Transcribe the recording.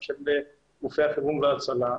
גם של גופי החירום וההצלה,